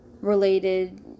Related